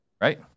right